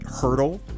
hurdle